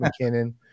McKinnon